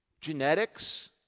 genetics